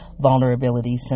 vulnerabilities